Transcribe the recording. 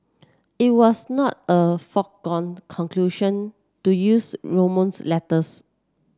it was not a foregone conclusion to use Romans letters